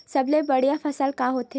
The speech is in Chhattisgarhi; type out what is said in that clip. सबले बढ़िया फसल का होथे?